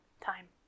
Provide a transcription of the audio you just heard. Time